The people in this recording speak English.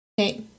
Okay